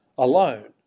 Alone